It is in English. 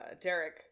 Derek